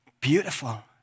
Beautiful